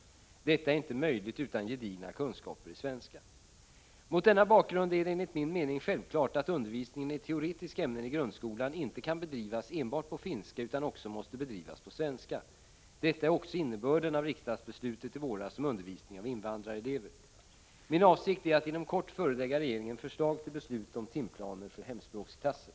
Detta är inte möjligt utan gedigna kunskaper i svenska. Mot denna bakgrund är det enligt min mening självklart att undervisningen i teoretiska ämnen i grundskolan inte kan bedrivas enbart på finska, utan också måste bedrivas på svenska. Detta är också innebörden av riksdagsbeslutet i våras om undervisning av invandrarelever. Min avsikt är att inom kort förelägga regeringen förslag till beslut om timplaner för hemspråksklasser.